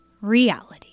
reality